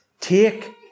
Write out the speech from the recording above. Take